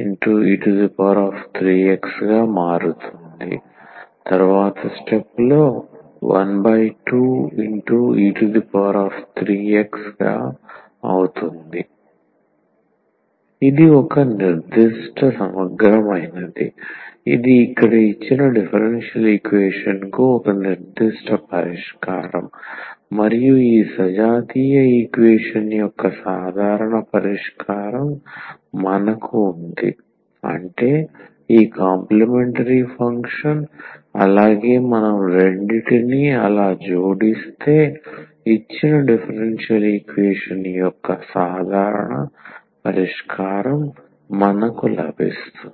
3×32e3x 12e3x ఇది ఒక నిర్దిష్ట సమగ్రమైనది ఇది ఇక్కడ ఇచ్చిన డిఫరెన్షియల్ ఈక్వేషన్ కు ఒక నిర్దిష్ట పరిష్కారం మరియు ఈ సజాతీయ ఈక్వేషన్ యొక్క సాధారణ పరిష్కారం మనకు ఉంది అంటే ఈ కాంప్లీమెంటరీ ఫంక్షన్ అలాగే మనం రెండింటిని అలా జోడిస్తే ఇచ్చిన డిఫరెన్షియల్ ఈక్వేషన్ యొక్క ఈ సాధారణ పరిష్కారం మనకు లభిస్తుంది